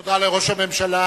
תודה לראש הממשלה.